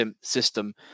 system